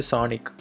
Sonic